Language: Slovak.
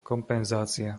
kompenzácia